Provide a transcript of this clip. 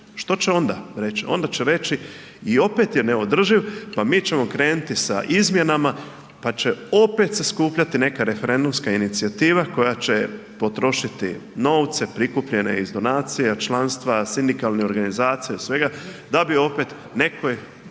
Što će onda reći? Onda će reći i opet je neodrživ, pa mi ćemo krenuti sa izmjenama, pa će opet se skupljati neka referendumska inicijativa koja će potrošiti novce prikupljene iz donacija, članstva, sindikalnih organizacija i svega da bi opet nekoj